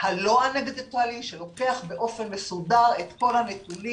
הלא אנקדוטלי שלוקח באופן מסודר את כל הנתונים